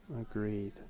Agreed